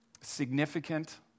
significant